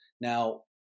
Now